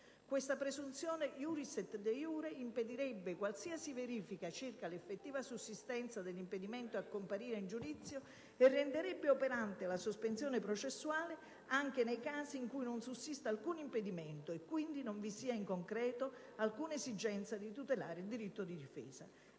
Tale presunzione *iuris et de iure* impedirebbe, infatti, qualsiasi verifica circa l'effettiva sussistenza dell'impedimento a comparire in giudizio e renderebbe operante la sospensione processuale anche nei casi in cui non sussista alcun impedimento e, quindi, non vi sia, in concreto, alcuna esigenza di tutelare il diritto di difesa.".